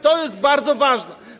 To jest bardzo ważne.